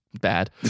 bad